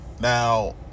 now